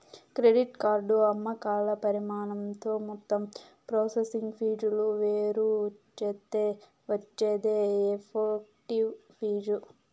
credit card అమ్మకాల పరిమాణంతో మొత్తం ప్రాసెసింగ్ ఫీజులు వేరుచేత్తే వచ్చేదే ఎఫెక్టివ్ ఫీజు